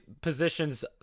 positions